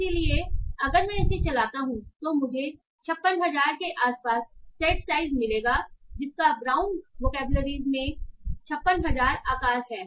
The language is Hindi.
इसलिए अगर मैं इसे चलाता हूं तो मुझे 56000 के आसपास सेट साइज मिलेगा जिसका ब्राउन वोकैबुलरीज मे 56000 आकार है